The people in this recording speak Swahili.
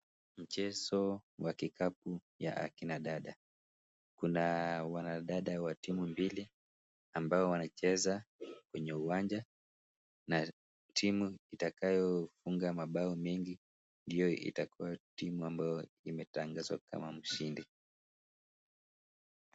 Mchezo wa kikapu ya akina dada. Kuna wanadada wa timu mbili ambao wanacheza kwenye uwanja, na timu itakayofunga mabao mengi ndiyo itakuwa timu ambayo imetangazwa kama mshindi.